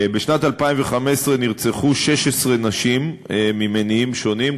בשנת 2015 נרצחו 16 נשים ממניעים שונים.